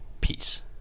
peace